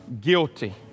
guilty